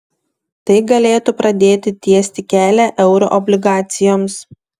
tai galėtų pradėti tiesti kelią euroobligacijoms